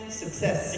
success